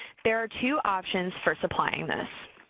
there are two options for supplying this.